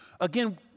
Again